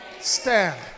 stand